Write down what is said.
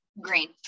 green